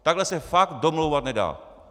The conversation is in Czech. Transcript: Takhle se fakt domlouvat nedá.